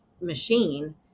machine